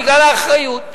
בגלל האחריות.